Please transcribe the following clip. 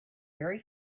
very